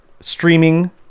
streaming